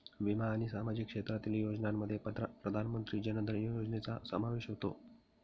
विमा आणि सामाजिक क्षेत्रातील योजनांमध्ये प्रधानमंत्री जन धन योजनेचा समावेश होतो